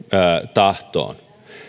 tahtoon